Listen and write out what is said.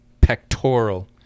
pectoral